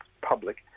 public